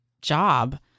job